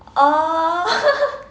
oh